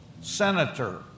senator